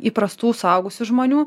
įprastų suaugusių žmonių